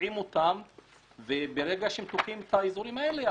תוקעים אותם וברגע שהם תוקעים את האזורים האלה,